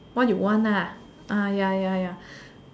what you want lah ah ya ya ya